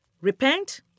repent